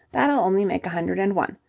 that'll only make a hundred and one.